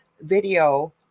video